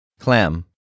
Clam